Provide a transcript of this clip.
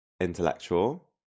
intellectual